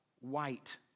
white